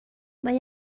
mae